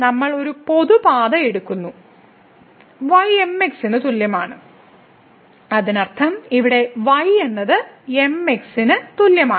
നമ്മൾ ഒരു പൊതു പാത എടുക്കുന്നു y mx ന് തുല്യമാണ് അതിനർത്ഥം ഇവിടെ y എന്നത് mx ന് തുല്യമാണ്